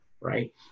right